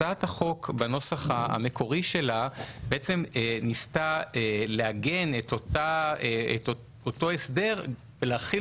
הצעת החוק בנוסח המקורי שלה ניסתה לעגן את אותו הסדר ולהחיל